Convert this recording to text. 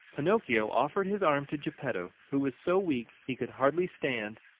pinocchio offered his arm to geppetto, who was so weak he could hardly stand,